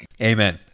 amen